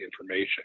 information